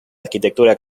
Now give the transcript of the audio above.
arquitectura